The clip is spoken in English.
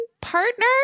partner